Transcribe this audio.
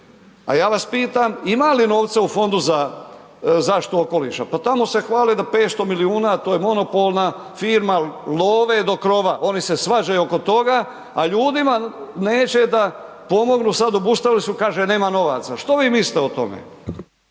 A ja vas pitam ima li novca u Fondu za zaštitu okoliša, pa tamo se hvale da 500 milijuna to je monopolna firma, love do krova, oni se svađaju oko toga, a ljudima neće da pomognu, sad obustavili su kaže nema novaca. Što vi mislite o tome?